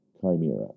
chimera